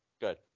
Good